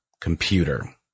computer